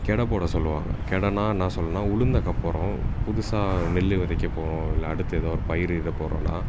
கெடை போட சொல்லுவாங்க கெடைனா என்ன சொல்லணுன்னா உளுந்தக்கா போடறோம் புதுசாக நெல் தைக்கப் போகிறோம் இல்லை அடுத்து எதோ ஒரு பயிரிடப் போகிறோன்னா